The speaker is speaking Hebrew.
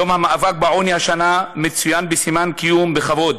יום המאבק בעוני השנה מצוין בסימן קיום בכבוד.